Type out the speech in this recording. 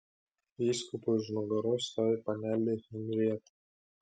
vyskupui už nugaros stovi panelė henrieta